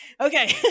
Okay